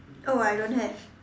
oh I don't have